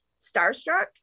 starstruck